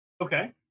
Okay